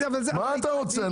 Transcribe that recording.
מה אתה רוצה?